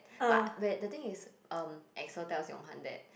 but where the thing is um Axel tells Yong Han that